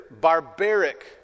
barbaric